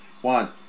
One